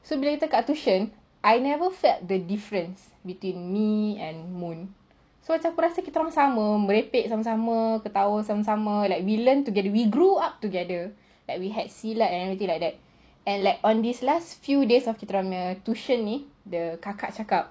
so bila kita kat tuition I never felt the difference between me and mon so aku rasa macam kita orang sama merepek sama-sama ketawa sama-sama like we learn together we grew up together like we had silat and everything like that and like on these last few days of the kita orang punya tuition ni the kakak cakap